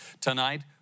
Tonight